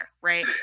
right